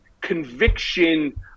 conviction